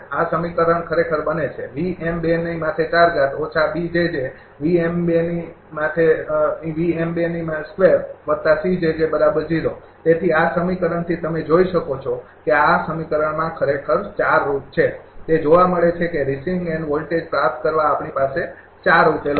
આ સમીકરણ ખરેખર બને છે તેથી આ સમીકરણથી તમે જોઈ શકો છો કે આ સમીકરણમાં ખરેખર 4 રુટ છે તે જોવા મળે છે કે રિસીવિંગ એન્ડ વોલ્ટેજ પ્રાપ્ત કરવા આપણી પાસે ૪ ઉકેલો છે